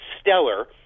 stellar